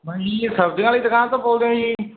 ਹਾਜੀ ਸਬਜ਼ੀਆਂ ਵਾਲੀ ਦੁਕਾਨ ਤੋਂ ਬੋਲਦੇ ਹੋ ਜੀ